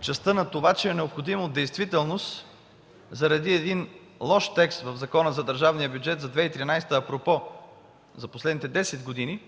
частта на това, че е необходимо в действителност, заради един лош закон в Закона за държавния бюджет за 2013 г., апропо за последните 10 години,